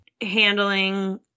handling